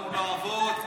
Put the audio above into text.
באנו לעבוד,